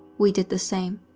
we did the same.